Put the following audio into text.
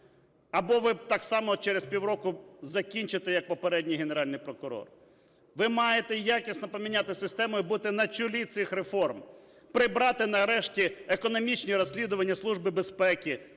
або ви так само через півроку закінчите, як попередній Генеральний прокурор. Ви маєте якісно поміняти систему і бути на чолі цих реформ, прибрати нарешті економічні розслідування Служби безпеки,